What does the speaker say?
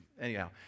anyhow